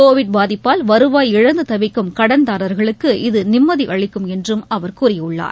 Covid பாதிப்பால் வருவாய் இழந்து தவிக்கும் கடன்தாரர்களுக்கு இது நிம்மதி அளிக்கும் என்றும் அவர் கூறியுள்ளார்